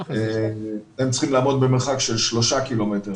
הם צריכים לעמוד במרחק של שלושה קילומטר.